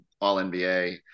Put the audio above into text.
All-NBA